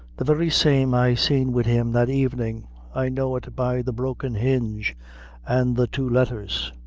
the very same i seen wid him that evenin' i know it by the broken hinge and the two letthers.